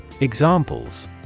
Examples